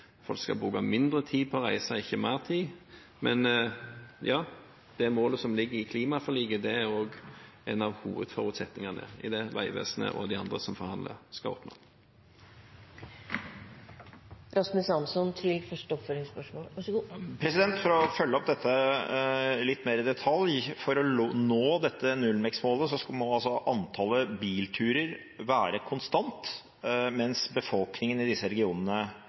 Folk skal bruke mindre tid på å reise, ikke mer tid. Det målet som ligger i klimaforliket, er også en av hovedforutsetningene i det Vegvesenet og de andre som forhandler, skal oppnå. For å følge opp dette litt mer i detalj: For å nå dette nullvekstmålet må altså antallet bilturer være konstant, mens befolkningen i disse regionene